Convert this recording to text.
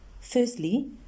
firstly